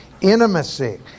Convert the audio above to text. intimacy